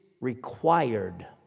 required